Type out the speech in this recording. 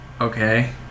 Okay